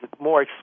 more